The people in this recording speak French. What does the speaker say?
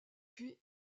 puis